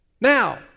Now